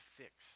fix